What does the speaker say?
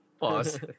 Pause